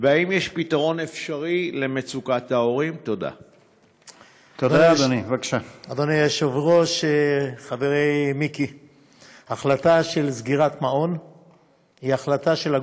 2. האם יש פתרון אפשרי למצוקת ההורים?